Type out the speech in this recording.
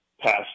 passed